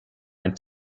and